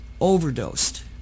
overdosed